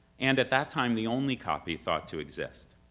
and at that time the only copy thought to exist.